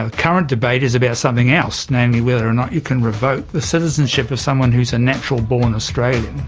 ah current debate is about something else, namely whether or not you can revoke the citizenship of someone who is a natural born australian,